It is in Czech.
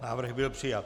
Návrh byl přijat.